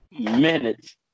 minutes